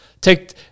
take